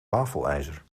wafelijzer